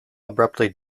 abruptly